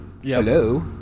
Hello